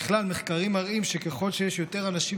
בכלל מחקרים מראים שככל שיש יותר אנשים